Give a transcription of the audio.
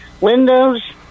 Windows